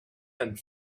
and